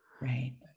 right